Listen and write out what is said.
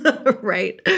right